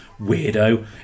weirdo